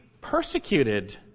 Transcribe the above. persecuted